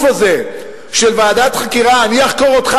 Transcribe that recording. הזה של ועדת חקירה: אני אחקור אותך,